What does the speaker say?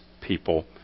people